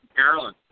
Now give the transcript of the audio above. Carolyn